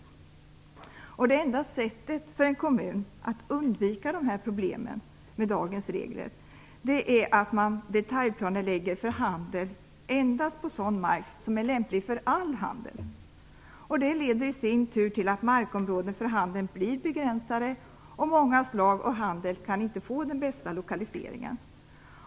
Det enda sättet för en kommun att undvika dessa problem med dagens regler är att man detaljplanelägger för handel endast på sådan mark som är lämplig för all handel. Det leder i sin tur till att markområden för handel blir begränsade och att många slag av handel inte kan få den bästa lokaliseringen.